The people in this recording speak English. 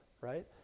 right